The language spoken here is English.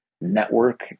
Network